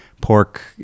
pork